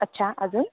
अच्छा अजून